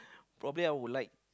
probably I would like